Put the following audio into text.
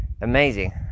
amazing